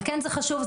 על כן זה חשוב,